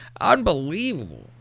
Unbelievable